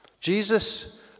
Jesus